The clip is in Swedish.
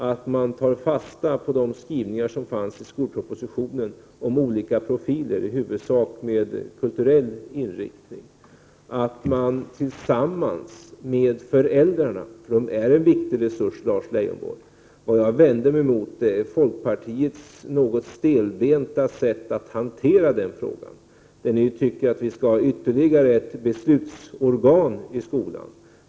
De skall ta fasta på de skrivningar som fanns i skolpropositionen om olika profiler, i huvudsak med kulturell inriktning, och göra det tillsammans med föräldrarna, som är en viktig resurs, Lars Leijonborg. Vad jag vänder mig emot är folkpartiets något stelbenta sätt att hantera den frågan, där ni tycker att det skall vara ytterligare ett beslutsorgan i skolan.